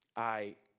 i